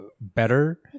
better